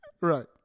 Right